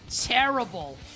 terrible